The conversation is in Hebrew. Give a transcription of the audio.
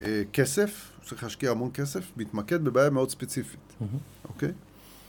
כסף, צריך להשקיע המון כסף, מתמקד בבעיה מאוד ספציפית. אוקיי?